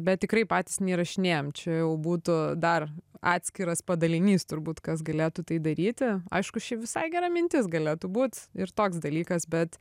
bet tikrai patys neįrašinėjam čia jau būtų dar atskiras padalinys turbūt kas galėtų tai daryti aišku šiaip visai gera mintis galėtų būt ir toks dalykas bet